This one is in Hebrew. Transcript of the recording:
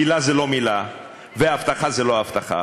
מילה זה לא מילה, והבטחה זה לא הבטחה,